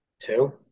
Two